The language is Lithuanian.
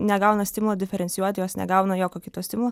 negauna stimulo diferencijuoti jos negauna jokio kito stimulo